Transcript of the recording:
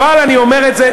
אבל אני אומר את זה,